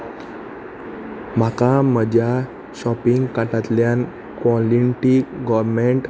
म्हाका म्हज्या शॉपिंग कार्टांतल्यान कोलिंटी गॉर्मेंट